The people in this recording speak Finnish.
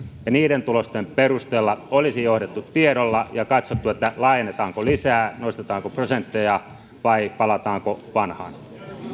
ja niiden tulosten perusteella olisi johdettu tiedolla ja katsottu laajennetaanko lisää nostetaanko prosentteja vai palataanko vanhaan